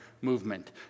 movement